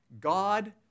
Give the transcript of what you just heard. God